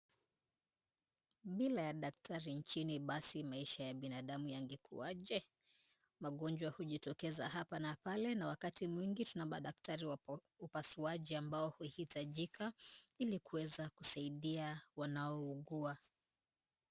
Bila ya daktari nchini basi maisha ya binadamu yangekuaje? Magonjwa hujitokeza hapa na pale na wakati mwingi tuna madaktari wa upasuaji ambao huhitajika, ili kuweza kusaidia wanaougua.